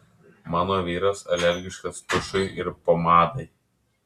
mano vyras alergiškas tušui ir pomadai